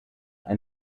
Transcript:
ein